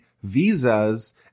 visas